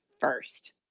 first